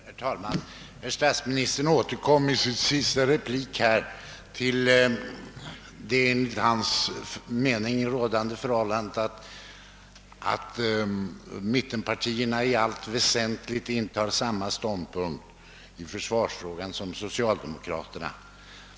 Herr talman! Statsministern återkom i sitt senaste anförande till att mittenpartierna enligt hans mening i allt väsentligt intar samma ståndpunkt i försvarsfrågan som <socialdemokraterna.